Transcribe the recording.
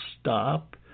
stop